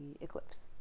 eclipse